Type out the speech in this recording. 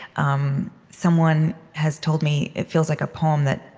um someone has told me it feels like a poem that,